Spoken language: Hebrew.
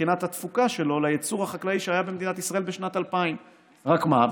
מבחינת התפוקה שלו לייצור החקלאי שהיה במדינת ישראל בשנת 2000. רק מה,